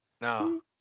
No